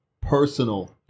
personal